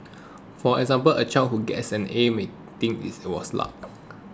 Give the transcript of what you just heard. for example a child who gets an A may think it was luck